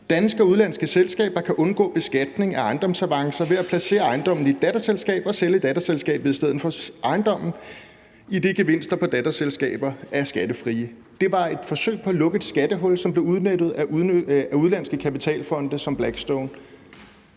»Danske og udenlandske selskaber kan dermed undgå beskatningen af ejendomsavancer ved at placere ejendommen i et datterselskab og sælge datterselskabet i stedet for ejendommen, idet gevinster på datterselskabsaktier er skattefrie.« Det var et forsøg på at lukke et skattehul, som blev udnyttet af udenlandske kapitalfonde som Blackstone.